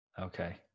Okay